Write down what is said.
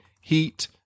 Heat